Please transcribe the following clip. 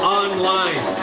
online